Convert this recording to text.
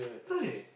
right